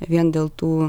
vien dėl tų